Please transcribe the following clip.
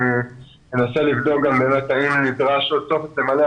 אני אנסה לבדוק האם נדרש עוד טופס למלא.